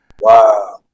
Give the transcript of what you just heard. Wow